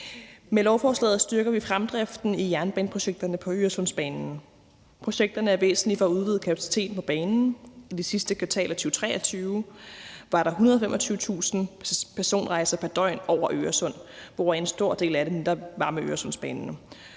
Med lovforslaget styrker vi fremdriften i jernbaneprojekterne på Øresundsbanen. Projekterne er væsentlige for at udvide kapaciteten på banen. I det sidste kvartal af 2023 var der 125.000 personrejser pr. døgn over Øresund, hvoraf en stor del var med Øresundsbanen.